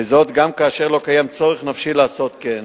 גם כאשר לא קיים צורך נפשי לעשות כן.